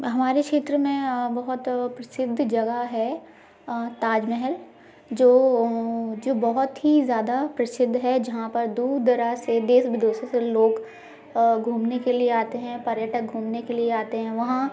हमारे क्षेत्र में अ बहुत अ प्रसिद्ध जगह है अ ताजमहल जो अ जो बहुत ही ज्यादा प्रसिद्ध है जहाँ पर दूर दराज से देश विदेशों से लोग अ घूमने के लिए आते हैं पर्यटक घूमने के लिए आते हैं वहाँ